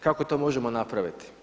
Kako to možemo napraviti?